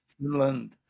Finland